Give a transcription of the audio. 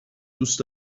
دوست